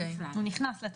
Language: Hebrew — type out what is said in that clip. הוא כבר נכנס לתוקף.